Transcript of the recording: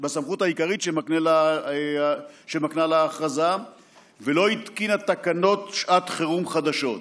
העיקרית שמקנה לה ההכרזה ולא התקינה תקנות שעת חירום חדשות.